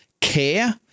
care